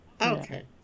Okay